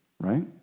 right